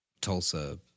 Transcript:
Tulsa